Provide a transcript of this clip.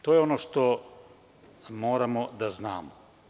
To je ono što moramo da znamo.